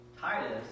Titus